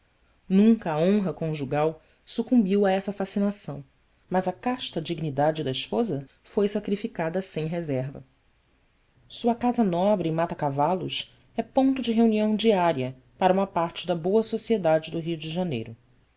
nunca a honra conjugal sucumbiu a essa fascinação mas a casta dignidade da esposa foi sacrificada sem reserva sua casa nobre em matacavalos é ponto de reunião diária para uma parte da boa sociedade do rio de janeiro